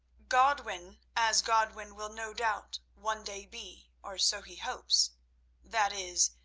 godwin as godwin will no doubt one day be, or so he hopes that is,